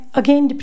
again